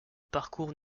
parcours